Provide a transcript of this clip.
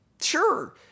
sure